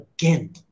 again